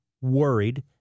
worried